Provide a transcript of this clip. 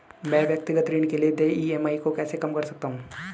मैं व्यक्तिगत ऋण के लिए देय ई.एम.आई को कैसे कम कर सकता हूँ?